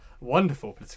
wonderful